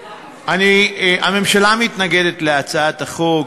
הממשלה מתנגדת להצעת החוק.